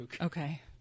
Okay